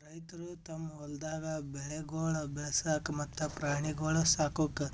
ರೈತುರು ತಮ್ ಹೊಲ್ದಾಗ್ ಬೆಳೆಗೊಳ್ ಬೆಳಸಾಕ್ ಮತ್ತ ಪ್ರಾಣಿಗೊಳ್ ಸಾಕುಕ್